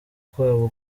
kwabo